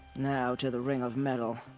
now, to the ring of metal.